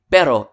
Pero